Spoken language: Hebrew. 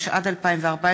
התשע"ד 2014,